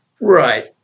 Right